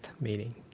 meeting